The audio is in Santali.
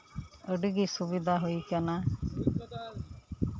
ᱟᱹᱰᱤᱜᱮ ᱥᱩᱵᱤᱫᱷᱟ ᱦᱩᱭ ᱠᱟᱱᱟ